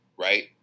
right